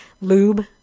lube